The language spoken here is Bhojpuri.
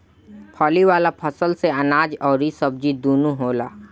फली वाला फसल से अनाज अउरी सब्जी दूनो होला